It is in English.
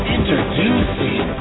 Introducing